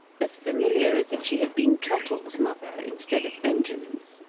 as familiar as if she had been trottle's mother, instead of benjamin's.